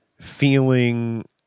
feeling